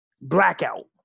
Blackout